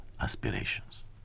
aspirations